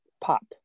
pop